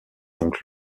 donc